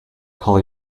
call